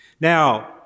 Now